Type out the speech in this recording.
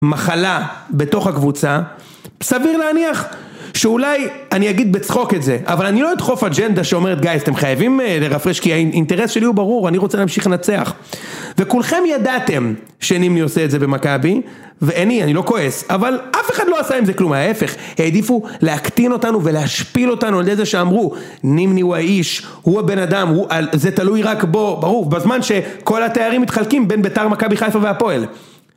מחלה בתוך הקבוצה סביר להניח שאולי אני אגיד בצחוק את זה אבל אני לא אדחוף אג'נדה שאומרת גייז אתם חייבים לרפרש כי האינטרס שלי הוא ברור אני רוצה להמשיך לנצח וכולכם ידעתם שנימני עושה את זה במכבי ועיני אני לא כועס אבל אף אחד לא עשה עם זה כלום ההפך העדיפו להקטין אותנו ולהשפיל אותנו על ידי זה שאמרו נימני הוא האיש הוא הבן אדם זה תלוי רק בו ברור בזמן שכל התארים מתחלקים בין בית"ר מכבי חיפה והפועל